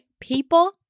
people